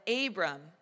Abram